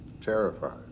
Terrified